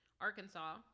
Arkansas